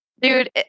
Dude